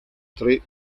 tre